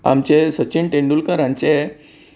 आमचे सचिन तेंडूलकर हांचे